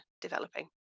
developing